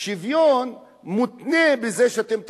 השוויון מותנה בזה שאתם תעשו?